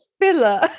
filler